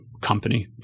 company